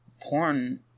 porn